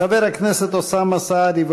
חבר הכנסת אוסאמה סעדי,